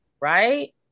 right